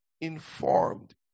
Informed